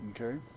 okay